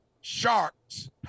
sharks